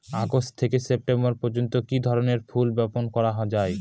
August থেকে September পর্যন্ত কি ধরনের ফুল বপন করা যায়?